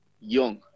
young